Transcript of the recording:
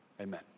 Amen